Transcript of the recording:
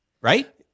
right